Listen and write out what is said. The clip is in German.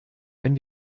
wenn